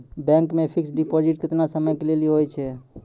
Bank मे fixed deposit केतना समय के लेली होय छै?